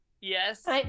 Yes